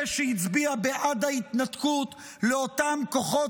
זה שהצביע בעד ההתנתקות לאותם כוחות